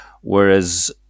whereas